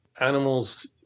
animals